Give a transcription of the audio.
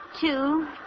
Two